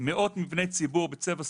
מאות מבני ציבור בצבע סגול,